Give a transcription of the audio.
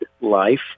life